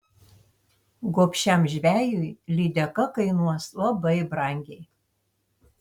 gobšiam žvejui lydeka kainuos labai brangiai